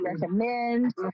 recommend